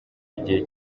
igihe